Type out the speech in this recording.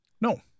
No